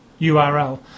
URL